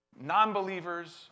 non-believers